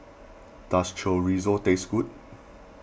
does Chorizo taste good